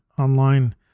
Online